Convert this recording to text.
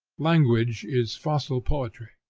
language is fossil poetry.